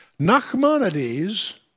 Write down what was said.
Nachmanides